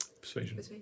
Persuasion